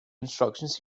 instructions